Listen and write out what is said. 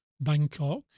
Bangkok